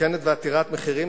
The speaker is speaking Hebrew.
מסוכנת ועתירת מחירים,